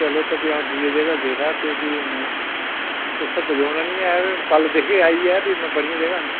चलो अंऊ दूई जगह गेदा ते हून पजोना निं ऐ ते कल्ल दिक्खगे बड़ियां जगहां न हून